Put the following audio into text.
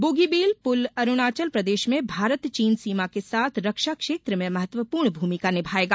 बोगीबील पुल अरूणाचल प्रदेश में भारत चीन सीमा के साथ रक्षा क्षेत्र में महत्वपूर्ण भूमिका निभाएगा